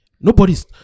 nobody's